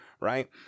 Right